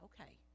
okay